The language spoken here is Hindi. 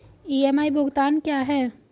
ई.एम.आई भुगतान क्या है?